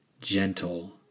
gentle